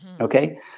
okay